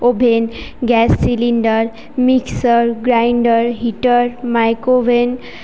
oven gas cylinder mixer grinder heater microwave oven